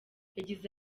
yagize